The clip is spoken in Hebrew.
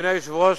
אדוני היושב-ראש,